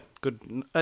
good